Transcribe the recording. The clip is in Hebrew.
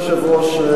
אדוני היושב-ראש,